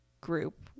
group